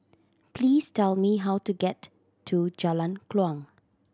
please tell me how to get to Jalan Kuang